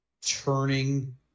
turning